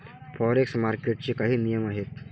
Forex मार्केटचे काही नियम आहेत का?